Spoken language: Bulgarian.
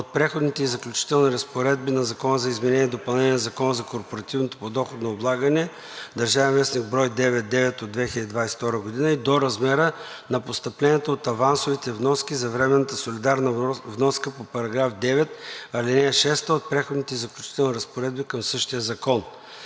от Преходните и заключителните разпоредби на Закона за изменение и допълнение на Закона за корпоративното подоходно облагане (ДВ, бр. 99 от 2022 г.) и до размера на постъпленията от авансовите вноски за временната солидарна вноска по § 9, ал. 6 от Преходните и заключителните разпоредби към същия закон.